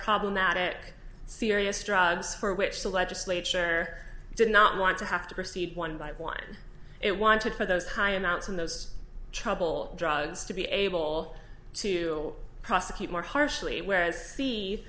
problematic serious drugs for which the legislature did not want to have to proceed one by one it wanted for those high amounts in those trouble drugs to be able to prosecute more harshly whereas spee